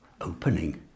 opening